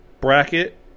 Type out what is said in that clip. bracket